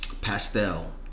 pastel